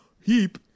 Heap